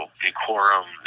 decorum